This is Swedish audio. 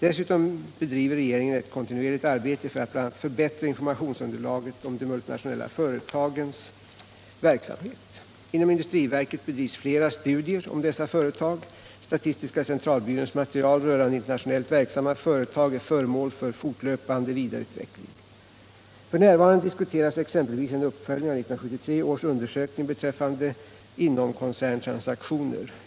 Dessutom bedriver regeringen ett kontinuerligt arbete för att bl.a. förbättra informationsunderlaget om de multinationella företagens verksamhet. Inom industriverket bedrivs flera studier rörande dessa företag. Statistiska centralbyråns material om internationellt verksamma företag är föremål för fortlöpande vidareutveckling. F.n. diskuteras exempelvis en uppföljning av 1973 års undersökning beträffande inomkoncerntransaktioner.